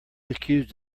accused